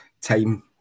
time